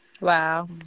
wow